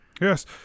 Yes